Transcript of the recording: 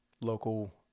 local